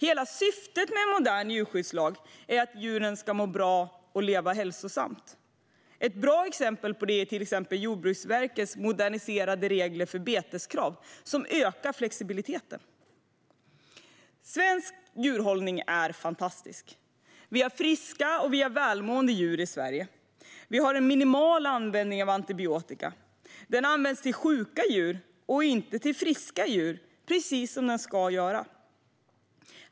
Hela syftet med en modern djurskyddslag är att djuren ska må bra och leva hälsosamt. Ett bra exempel på det är Jordbruksverkets moderniserade regler för beteskrav, som ökar flexibiliteten. Svensk djurhållning är fantastisk. Vi har friska och välmående djur i Sverige. Vi har en minimal användning av antibiotika. Den används till sjuka djur och inte till friska djur, precis som det ska vara.